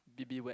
B_B wet